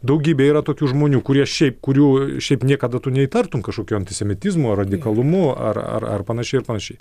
daugybė yra tokių žmonių kurie šiaip kurių šiaip niekada neįtartum kažkokiu antisemitizmu ar radikalumu ar ar panašiai ar panašiai